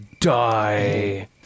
die